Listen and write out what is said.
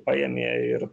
paėmė ir